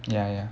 ya ya